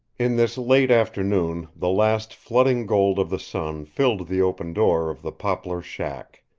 in this late afternoon the last flooding gold of the sun filled the open door of the poplar shack.